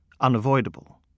unavoidable